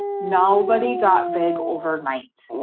nobody got big overnight.